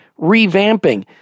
revamping